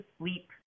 sleep